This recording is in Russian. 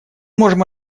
можем